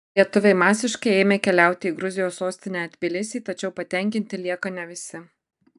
lietuviai masiškai ėmė keliauti į gruzijos sostinę tbilisį tačiau patenkinti lieka ne visi